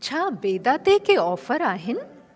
छा बेदा ते के ऑफर आहिनि